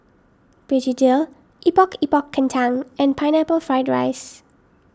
Begedil Epok Epok Kentang and Pineapple Fried Rice